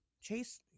chase